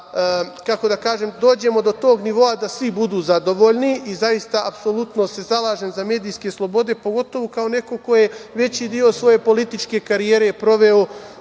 da dođemo do tog nivoa da svi budu zadovoljni i zaista apsolutno se zalažem za medijske slobode, pogotovo kao neko ko je veći deo svoje političke karijere proveo